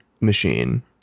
machine